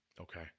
Okay